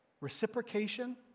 reciprocation